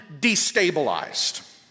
destabilized